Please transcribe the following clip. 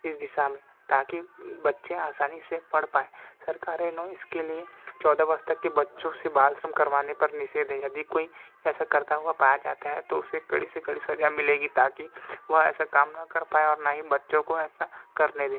इस दिशा में ताकि बच्चे आसानी से पढ़ पाएँ सरकारों ने इसके लिए चौदह वर्ष तक के बच्चों से बाल श्रम करवाने पर निषेध है यदि कोई ऐसा करता हुआ पाया जाता है तो उसे कड़ी से कड़ी सजा मिलेगी ताकि वह ऐसा काम ना कर पाएँ और ना ही बच्चों को ऐसा करने दें